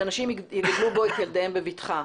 שאנשים יגדלו בו את ילדיהם בבטחה,